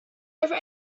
dafür